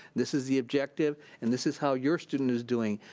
this is the objective, and this is how your student is doing.